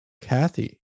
Kathy